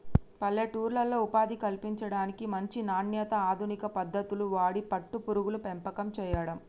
పల్లెటూర్లలో ఉపాధి కల్పించడానికి, మంచి నాణ్యత, అధునిక పద్దతులు వాడి పట్టు పురుగుల పెంపకం చేయడం